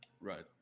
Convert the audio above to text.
Right